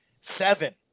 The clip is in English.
seven